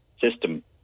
system